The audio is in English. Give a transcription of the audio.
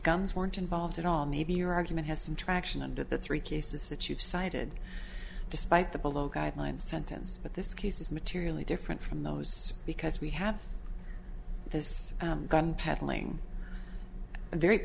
guns weren't involved at all maybe your argument has some traction and of the three cases that you've cited despite the below guideline sentence but this case is materially different from those because we have this gun peddling